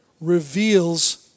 reveals